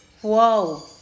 Whoa